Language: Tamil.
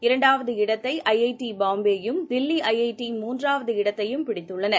இரண்டாவது இடத்தையும் ஐ ஐ டி பாம்பேயும் தில்லி ஐ ஐ டி மூன்றாவது இடத்யைும் பிடித்துள்ளன